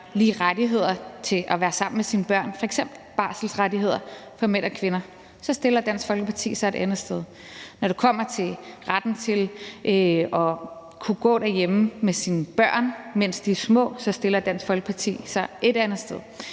lige rettigheder til at være sammen med sine børn, f.eks. barselsrettigheder for mænd og kvinder, så stiller Dansk Folkeparti sig et andet sted. Når det kommer til retten til at kunne gå derhjemme med sine børn, mens de er små, stiller Dansk Folkeparti sig et andet sted,